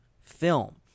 film